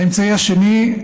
האמצעי השני,